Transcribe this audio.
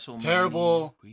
Terrible